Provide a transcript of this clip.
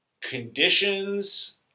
conditions